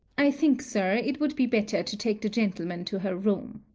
i think, sir, it would be better to take the gentleman to her room.